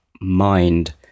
mind